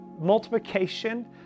multiplication